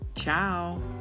Ciao